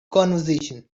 conversation